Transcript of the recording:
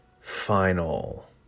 final